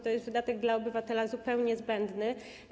To jest wydatek dla obywatela zupełnie zbędny.